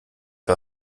war